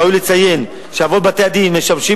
ראוי לציין שאבות בתי-הדין משמשים